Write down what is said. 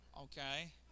Okay